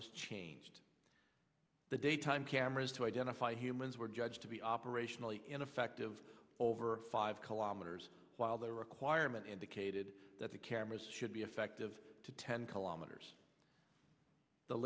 was changed the daytime cameras to identify humans were judged to be operationally in a affective over five kilometers while the requirement indicated that the cameras should be effective to ten kilometers the